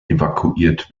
evakuiert